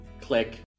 click